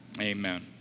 amen